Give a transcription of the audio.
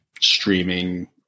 streaming